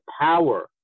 power